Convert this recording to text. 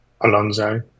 Alonso